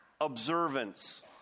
observance